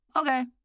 okay